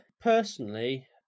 Personally